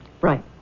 Right